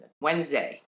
Wednesday